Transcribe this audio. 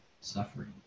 suffering